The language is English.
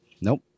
Nope